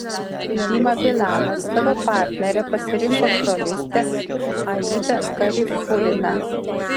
dima bilanas savo partnere pasirinko solistę aidą garifuliną